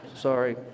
Sorry